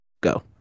go